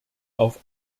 auf